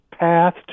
path